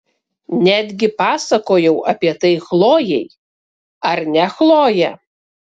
netgi pasakojau apie tai chlojei ar ne chloje